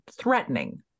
threatening